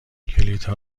کلیدها